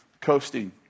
coasting